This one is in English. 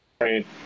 Right